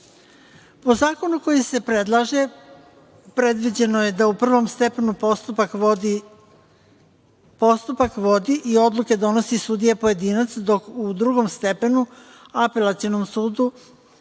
zakonu koji se predlaže predviđeno je da u prvom stepenu postupak vodi i odluke donosi sudija pojedina, dok u drugom stepenu, u Apelacionom sudu